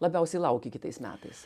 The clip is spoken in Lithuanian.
labiausiai lauki kitais metais